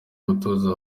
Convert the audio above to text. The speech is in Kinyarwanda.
gutuza